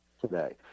today